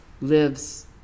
lives